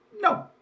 No